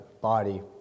body